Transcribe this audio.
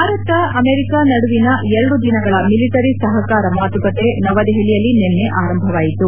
Bharat America ನಡುವಿನ ಎರಡು ದಿನಗಳ ಮಿಲಿಟರಿ ಸಹಕಾರ ಮಾತುಕತೆ ನವದೆಹಲಿಯಲ್ಲಿ ನಿನ್ನೆ ಆರಂಭವಾಯಿತು